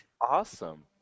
awesome